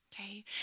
Okay